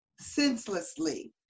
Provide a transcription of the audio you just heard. senselessly